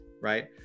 right